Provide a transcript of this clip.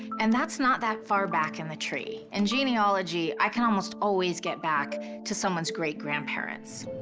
and that's not that far back in the tree. in genealogy, i can almost always get back to someone's great-grandparents.